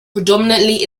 predominantly